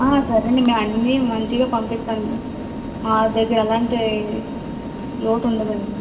సరే అండి మేము అన్నీ మంచిగా పంపిస్తామండి మా దగ్గర అలాంటి లోటు ఉండదండి